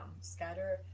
Scatter